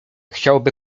chciałby